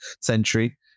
century